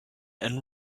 and